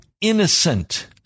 innocent